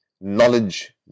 knowledge